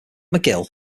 mcgill